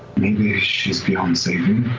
maybe ah she's beyond saving.